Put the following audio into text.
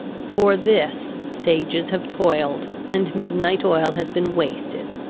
for this sages have toiled, and midnight oil has been wasted.